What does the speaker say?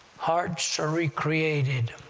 hearts are re-created,